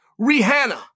Rihanna